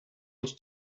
els